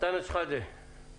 אנטאנס שחאדה, בבקשה.